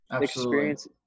experience